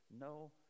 no